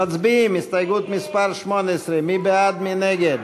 ודאי להצביע.